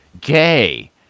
gay